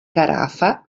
carafa